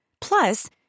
Plus